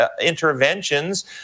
interventions